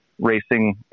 racing